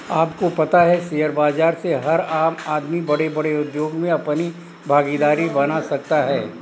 आपको पता है शेयर बाज़ार से हर आम आदमी बडे़ बडे़ उद्योग मे अपनी भागिदारी बना सकता है?